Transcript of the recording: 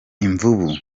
imvubu